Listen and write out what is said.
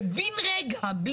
שבן רגע,